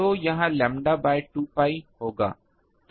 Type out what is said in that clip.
तो यह lambda by 2 pi होगा है